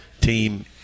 team